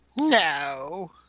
No